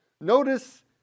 Notice